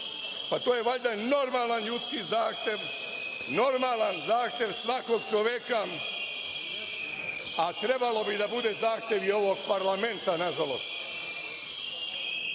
To je valjda normalni ljudski zahtev, normalan zahtev svakog čoveka, a trebalo bi da bude zahtev i ovog parlamenta, nažalost. Ali,